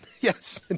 Yes